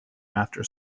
after